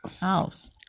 house